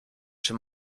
czy